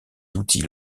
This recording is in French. outils